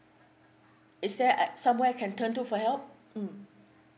is there at somewhere I can turn to for help mm